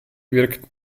wirkten